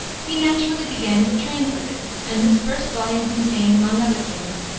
he naturally began as a translator, and this first volume contained, among other things,